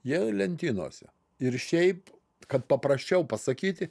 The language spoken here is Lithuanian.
jie lentynose ir šiaip kad paprasčiau pasakyti